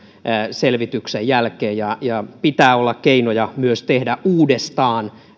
selvityksen jälkeen ja ja pitää myös olla keinoja tehdä uudestaan